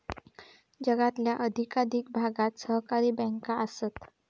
जगातल्या अधिकाधिक भागात सहकारी बँका आसत